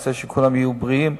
אני רוצה שכולם יהיו בריאים,